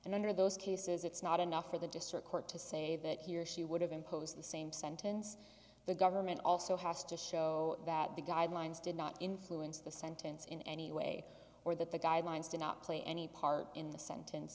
and under those cases it's not enough for the district court to say that he or she would have imposed the same sentence the government also has to show that the guidelines did not influence the sentence in any way or that the guidelines do not play any part in the sentence